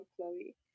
chloe